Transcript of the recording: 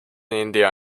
india